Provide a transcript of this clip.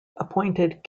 appointed